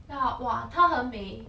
ya !wah! 她很美